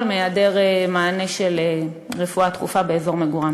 מהיעדר מענה של רפואה דחופה באזור מגוריהם.